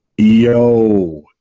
yo